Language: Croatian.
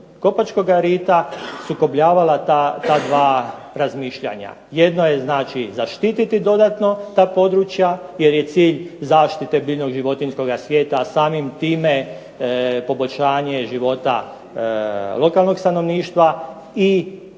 Kopačkoga rita sukobljavala ta dva razmišljanja. Jedno je zaštiti dodatno ta područja, jer je cilj zaštite biljnog i životinjskoga svijeta, a samim time poboljšanje života lokalnog stanovništva i